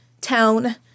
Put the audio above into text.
town